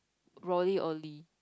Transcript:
Rollie-Olie